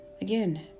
again